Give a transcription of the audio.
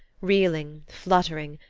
reeling, fluttering,